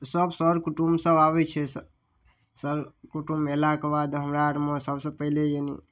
सब सर कुटुम्ब सब आबै छै सर कुटुम्ब अयलाके बादमे हमरा आरमे सबसँ पहिले यानि